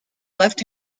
left